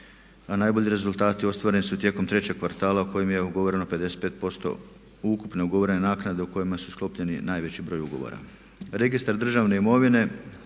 najbolji rezultati ostvareni su tijekom trećeg kvartala u kojem je ugovoreno 55% ukupne ugovorene naknade o kojima su sklopljeni najveći broj ugovora.